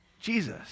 Jesus